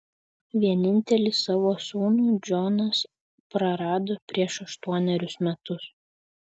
vienintelį savo sūnų džonas prarado prieš aštuonerius metus